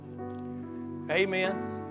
Amen